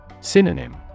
Synonym